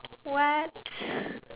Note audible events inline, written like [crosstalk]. what [breath]